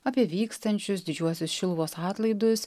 apie vykstančius didžiuosius šiluvos atlaidus